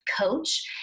coach